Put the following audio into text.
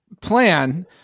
plan